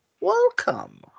Welcome